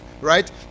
right